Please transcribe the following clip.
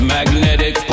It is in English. Magnetic